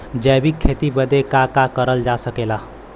जैविक खेती बदे का का करल जा सकेला?